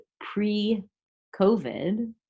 pre-COVID